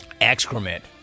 Excrement